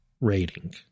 Rating